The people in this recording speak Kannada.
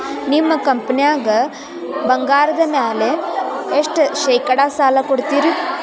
ನಿಮ್ಮ ಕಂಪನ್ಯಾಗ ಬಂಗಾರದ ಮ್ಯಾಲೆ ಎಷ್ಟ ಶೇಕಡಾ ಸಾಲ ಕೊಡ್ತಿರಿ?